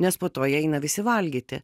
nes po to jie eina visi valgyti